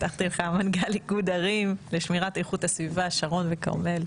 מנכ"ל איגוד ערים לשמירת איכות הסביבה שרון וכרמל.